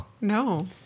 No